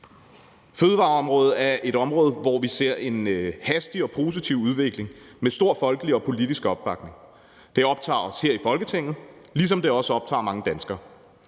Fødevareområdet er et område, hvor vi ser en hastig og positiv udvikling med stor folkelig og politisk opbakning. Det optager os her i Folketinget, ligesom det også optager mange danskere,